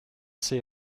see